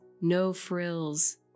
no-frills